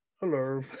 Hello